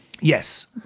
Yes